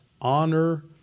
honor